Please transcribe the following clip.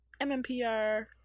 MMPR